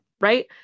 right